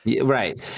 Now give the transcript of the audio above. right